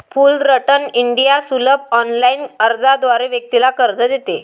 Fullerton India सुलभ online अर्जाद्वारे व्यक्तीला कर्ज देते